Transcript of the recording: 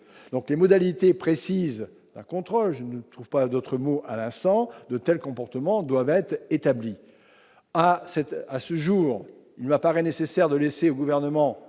donc les modalités précises, par contre, je ne trouve pas d'autre mot à l'instant de tels comportements doivent être établies à cette, à ce jour il n'apparaît nécessaire de laisser au gouvernement,